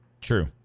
True